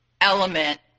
element